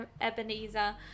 ebenezer